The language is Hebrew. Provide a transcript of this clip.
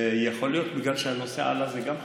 ויכול להיות שבגלל שהנושא עלה, זה גם חשוב,